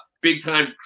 big-time